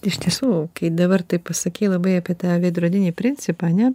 iš tiesų kai dabar taip pasakei labai apie tą veidrodinį principą ane